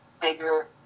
bigger